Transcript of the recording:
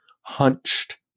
hunched